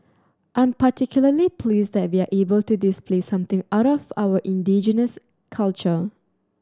I'm particularly pleased that we're able to display something out of our indigenous culture